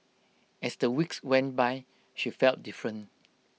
as the weeks went by she felt different